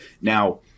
Now